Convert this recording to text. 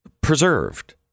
preserved